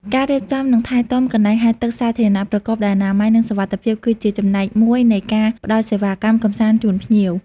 ការរៀបចំ និងថែទាំ កន្លែងហែលទឹកសាធារណៈ ប្រកបដោយអនាម័យ និងសុវត្ថិភាព គឺជាចំណែកមួយនៃការផ្តល់សេវាកម្មកម្សាន្តជូនភ្ញៀវ។